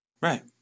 right